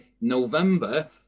November